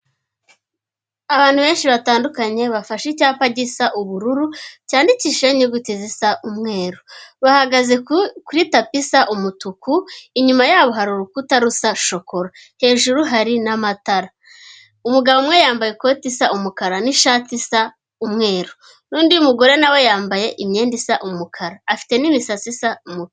Abantu benshi batandukanye bafashe icyapa gisa ubururu cyandikishije inyuguti zisa umweru, bahagaze kuri tapi isa umutuku, inyuma yabo hari urukuta rusa shokora, hejuru hari n'amatara. Umugabo umwe yambaye ikoti isa umukara n'ishati isa umweru, n'undi mugore nawe yambaye imyenda isa umukara, afite n'imisatsi isa umukara.